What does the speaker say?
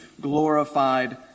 glorified